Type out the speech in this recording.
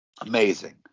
amazing